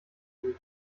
rufen